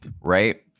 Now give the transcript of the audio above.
right